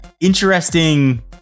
interesting